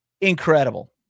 Incredible